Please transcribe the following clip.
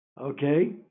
Okay